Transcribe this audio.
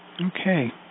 Okay